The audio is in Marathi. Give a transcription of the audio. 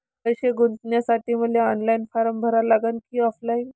पैसे गुंतन्यासाठी मले ऑनलाईन फारम भरा लागन की ऑफलाईन?